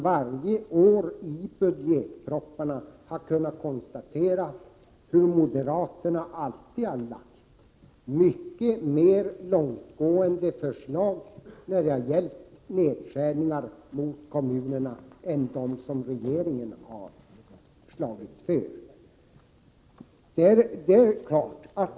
Varje år vid budgetbehandlingen i riksdagen har vi kunnat konstatera att moderaterna alltid har framlagt mycket mer långtgående förslag till nedskärningar i stödet till kommunerna än dem som regeringen har föreslagit.